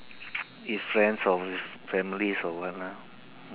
with friends or with families or what lah